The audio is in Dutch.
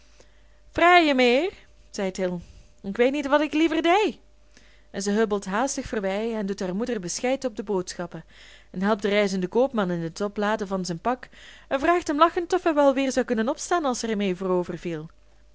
vrijen meheer zeit hil ik weet niet wat ik liever dee en ze huppelt haastig voorbij en doet haar moeder bescheid op de boodschappen en helpt den reizenden koopman in het opladen van zijn pak en vraagt hem lachend of hij wel weer zou kunnen opstaan als hij er